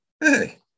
Hey